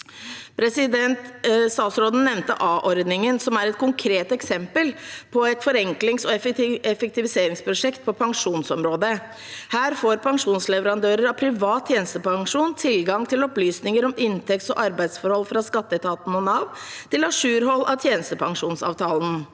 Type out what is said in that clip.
deles. Statsråden nevnte a-ordningen, som er et konkret eksempel på et forenklings- og effektiviseringsprosjekt på pensjonsområdet. Her får pensjonsleverandører av privat tjenestepensjon tilgang til opplysninger om inntekts- og arbeidsforhold fra skatteetaten og Nav til ajourhold av tjenestepensjonsavtalen.